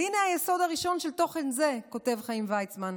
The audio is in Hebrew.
והינה היסוד הראשון של תוכן זה" כותב חיים ויצמן,